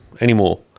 anymore